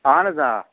اَہَن حظ آ